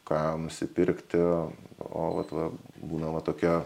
ką nusipirkti o vat va būna va tokie